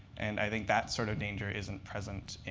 and i think that sort of danger isn't present